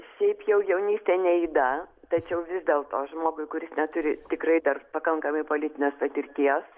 šiaip jau jaunystė ne yda tačiau vis dėlto žmogui kuris neturi tikrai dar pakankamai politinės patirties